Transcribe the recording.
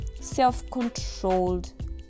self-controlled